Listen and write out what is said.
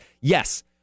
yes